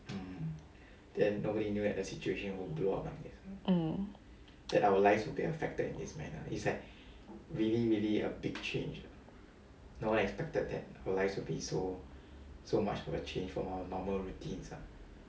then nobody knew at the situation would blow out oh that our lives will be affected his manner is like really really a big change no one expected that relies will be so so much of a change from our normal routines are